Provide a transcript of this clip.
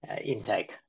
intake